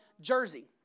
jersey